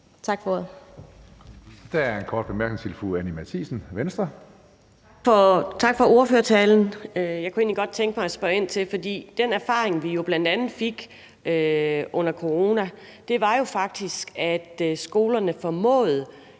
Tak for ordførertalen. Jeg kunne egentlig godt tænke mig at spørge ind til noget. Den erfaring, vi bl.a. fik under corona, var jo, at skolerne faktisk